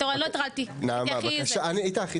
אני איתך.